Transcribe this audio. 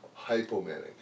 hypomanic